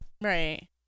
Right